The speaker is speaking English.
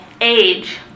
age